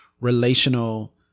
relational